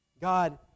God